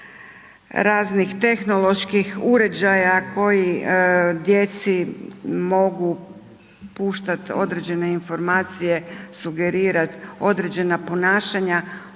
raznih tehnoloških koji djeci mogu puštati određene informacije, sugerirati određena ponašanja